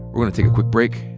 we're gonna take a quick break.